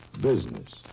Business